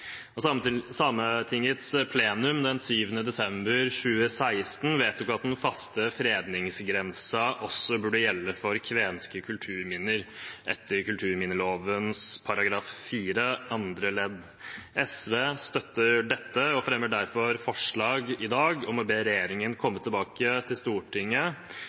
desember 2016 at den faste fredningsgrensen også burde gjelde for kvenske kulturminner, etter kulturminneloven § 4 andre ledd. SV støtter dette og fremmer derfor forslag i dag om å be «regjeringen komme tilbake til Stortinget